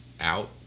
out